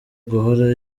guhora